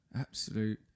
Absolute